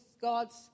God's